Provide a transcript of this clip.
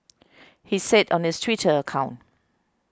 he said on his Twitter account